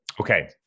okay